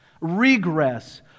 regress